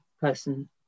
person